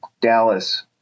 Dallas